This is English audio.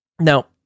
Now